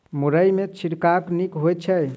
मुरई मे छिड़काव नीक होइ छै?